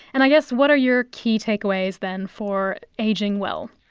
and i guess what are your key takeaways then for ageing well?